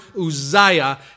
Uzziah